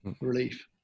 relief